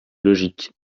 logique